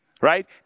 Right